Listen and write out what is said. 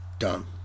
Done